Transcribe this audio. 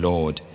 Lord